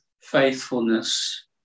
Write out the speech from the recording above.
faithfulness